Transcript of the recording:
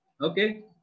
Okay